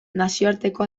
nazioarteko